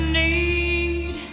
need